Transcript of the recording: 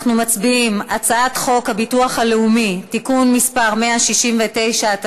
אנחנו מצביעים על הצעת חוק הביטוח הלאומי (תיקון מס' 169),